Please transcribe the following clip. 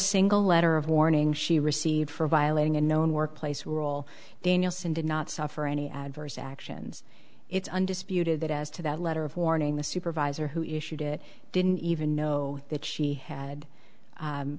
single letter of warning she received for violating a known workplace rule danielson did not suffer any adverse actions it's undisputed that as to that letter of warning the supervisor who issued it didn't even know that she had